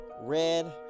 Red